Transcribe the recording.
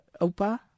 Opa